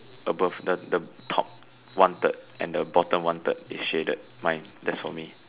above the the top one third and the bottom one third is shaded mine that's for me